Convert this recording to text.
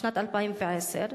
לשנת 2010,